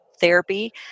therapy